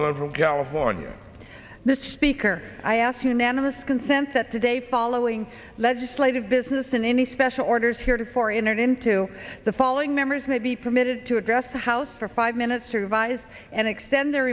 the california the speaker i ask unanimous consent that today following legislative business in any special orders heretofore entered into the following members may be permitted to address the house for five minutes to revise and extend their